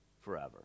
forever